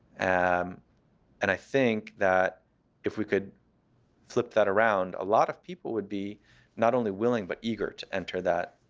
um and i think that if we could flip that around, a lot of people would be not only willing, but eager to enter that